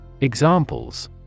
Examples